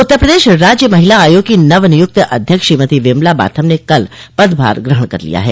उत्तर प्रदेश राज्य महिला आयोग की नव नियुक्त अध्यक्ष श्रीमती बिमला बाथम ने कल पदभार ग्रहण कर लिया है